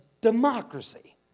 democracy